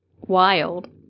wild